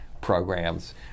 programs